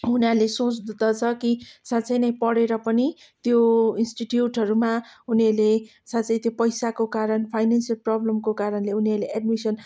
उनीहरूले सोच्दछ कि साँच्चै नै पढेर पनि त्यो इन्सटिट्युटहरूमा उनीहरूले साँच्चै त्यो पैसाको कारण फाइनेन्सियल प्रब्लमको कारणले उनीहरूले एडमिसन